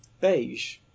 beige